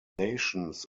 nations